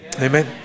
Amen